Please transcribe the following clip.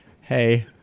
hey